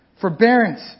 forbearance